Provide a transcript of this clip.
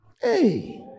hey